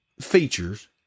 features